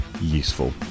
useful